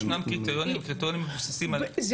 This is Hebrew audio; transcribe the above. יש קריטריונים.